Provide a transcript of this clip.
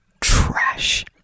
trash